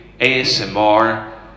asmr